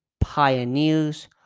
Pioneers